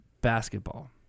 Basketball